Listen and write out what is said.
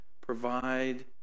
provide